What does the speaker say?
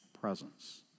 presence